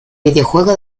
videojuego